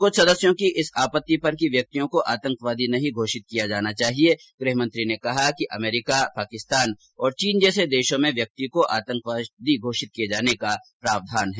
कुछ सदस्यों की इस आपत्ति पर कि व्यक्तियों को आंतकवादी नहीं घोषित किया जाना चाहिए गृह मंत्री ने कहा कि अमरीका पाकिस्तान और चीन जैसे देशों में व्यक्तियों को आंतकवादी घोषित किए जाने का प्रावधान है